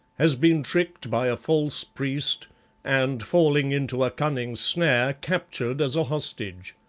has been tricked by a false priest and, falling into a cunning snare, captured as a hostage.